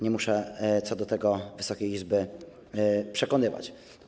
Nie muszę co do tego Wysokiej Izby przekonywać.